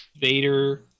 Vader